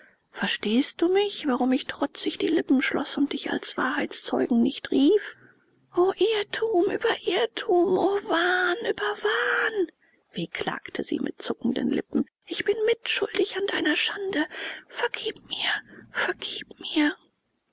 verstehst du mich warum ich trotzig die lippen schloß und dich als wahrheitszeugen nicht rief o irrtum über irrtum o wahn über wahn wehklagte sie mit zuckenden lippen ich bin mitschuldig an deiner schande vergib mir vergib mir